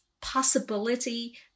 possibility